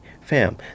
Fam